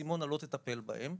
סימונה לא תטפל בהם.